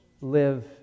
live